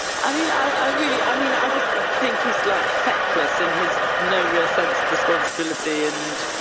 i mean, i, i really, i mean, i just think he's like feckless and has no real sense of responsibility. and,